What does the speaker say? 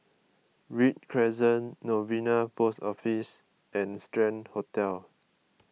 Read Crescent Novena Post Office and Strand Hotel